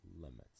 limits